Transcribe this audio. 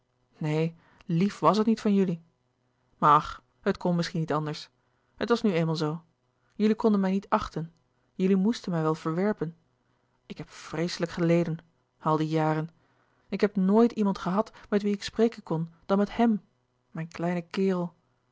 neen lief was het niet van jullie maar ach het kon misschien niet anders het was nu eenmaal zoo jullie konden mij niet achten jullie moesten mij wel verwerpen ik heb vreeslij k geleden al die jaren ik heb nooit iemand gehad met wie ik spreken kon dan met hèm mijn kleine kerel